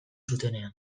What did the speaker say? zutenean